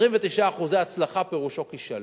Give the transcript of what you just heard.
29% הצלחה פירושם כישלון.